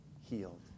healed